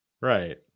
right